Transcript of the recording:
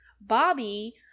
Bobby